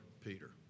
Peter